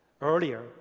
earlier